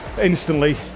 instantly